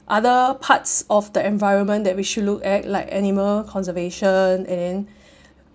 other parts of the environment that we should look at like animal conservation and